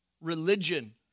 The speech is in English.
religion